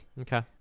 Okay